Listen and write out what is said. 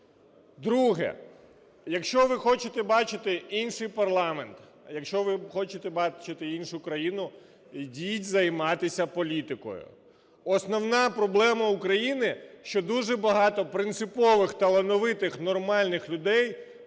Друге. Якщо ви хочете бачити інший парламент, якщо ви хочете бачити іншу країну, йдіть займатися політикою. Основна проблема України, що дуже багато принципових, талановитих, нормальних людей